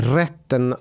rätten